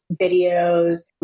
videos